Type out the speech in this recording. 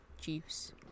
juice